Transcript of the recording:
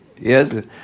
Yes